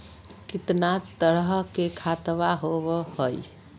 कितना तरह के खातवा होव हई?